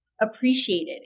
appreciated